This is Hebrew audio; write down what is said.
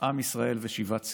עם ישראל ושיבת ציון.